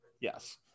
Yes